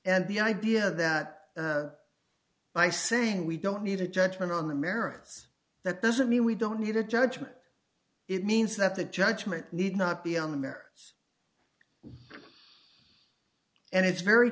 and the idea that by saying we don't need a judgement on the merits that doesn't mean we don't need a judgement it means that the judgment need not be on the merits and it's very